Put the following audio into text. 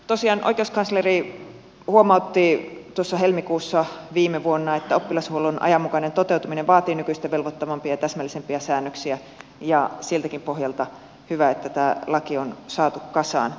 tosiaan oikeuskansleri huomautti helmikuussa viime vuonna että oppilashuollon ajanmukainen toteutuminen vaatii nykyistä velvoittavampia ja täsmällisempiä säännöksiä ja siltäkin pohjalta on hyvä että tämä laki on saatu kasaan